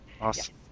Awesome